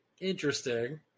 interesting